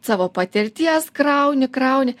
savo patirties krauni krauni